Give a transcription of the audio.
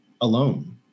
alone